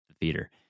theater